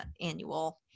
annual